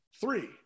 Three